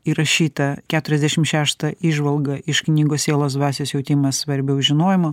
įrašytą keturiasdešimt šeštą įžvalga iš knygos sielos dvasios jautimas svarbiau žinojimu